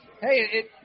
Hey